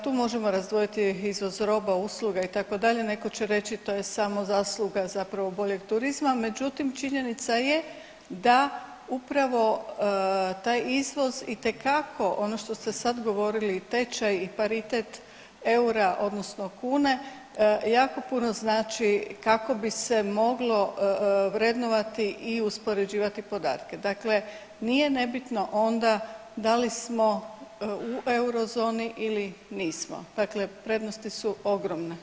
Tu možemo razdvojiti izvoz roba, usluga itd., neko će reći to je samo zasluga zapravo boljeg turizma, međutim činjenica je da upravo taj izvoz itekako ono što ste sad govorili i tečaj i paritet eura odnosno kune jako puno znači kako bi se moglo vrednovati i uspoređivati podatke, dakle nije nebitno onda da li smo u eurozoni ili nismo, dakle prednosti su ogromne.